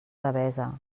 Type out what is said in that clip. devesa